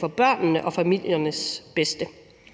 for børnene og familiernes bedste.